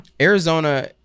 Arizona